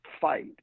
fight